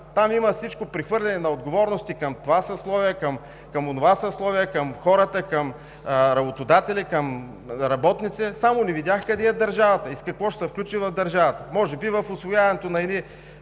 Там има прехвърляне на отговорности към това съсловие, към онова съсловие, към хората, към работодателя, към работници, само не видях къде е държавата и с какво ще се включи държавата? Може би в усвояването на едни